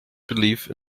believe